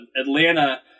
atlanta